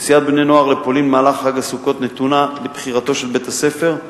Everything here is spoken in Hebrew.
נסיעת בני-נוער לפולין במהלך חג הסוכות נתונה לבחירתו של בית-הספר,